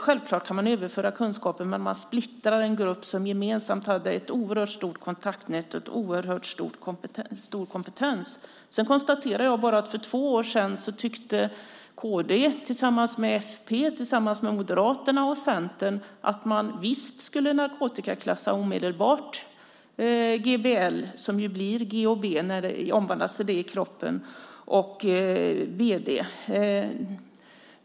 Självklart kan man överföra kunskapen, men man splittrar en grupp som gemensamt hade ett oerhört stort kontaktnät och en oerhört stor kompetens. Sedan konstaterar jag bara att för två år sedan tyckte kd, tillsammans med fp, Moderaterna och Centern, att man visst omedelbart skulle narkotikaklassa GBL, som ju blir GHB när det omvandlas till det i kroppen, och BD.